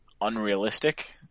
unrealistic